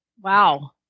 Wow